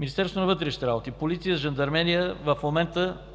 Министерството на вътрешните работи, полиция, жандармерия